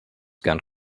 gone